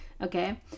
okay